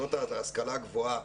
המוסדות להשכלה גבוהה